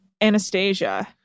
Anastasia